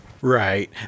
Right